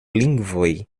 lingvoj